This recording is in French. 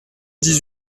dix